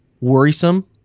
worrisome